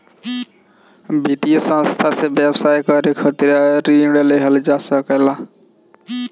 वित्तीय संस्था से व्यवसाय करे खातिर ऋण लेहल जा सकेला